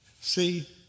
See